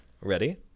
Ready